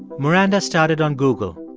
maranda started on google.